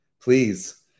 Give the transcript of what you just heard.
please